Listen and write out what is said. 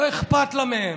לא אכפת לה מהם.